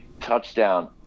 Touchdown